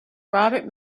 robert